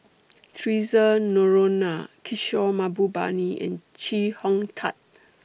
Theresa Noronha Kishore Mahbubani and Chee Hong Tat